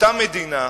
אותה מדינה,